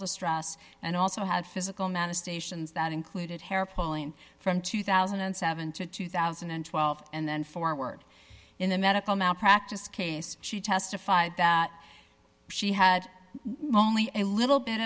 distress and also had physical manifestations that included hair pulling from two thousand and seven to two thousand and twelve and then forward in a medical malpractise case she testified that she had only a little bit